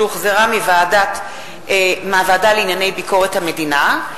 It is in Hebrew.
שהחזירה הוועדה לענייני ביקורת המדינה,